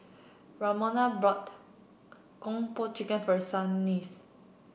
Ramona bought Kung Po Chicken for Shanice